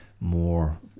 more